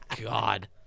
God